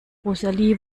rosalie